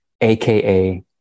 AKA